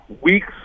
weeks